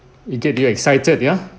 it get you excited ya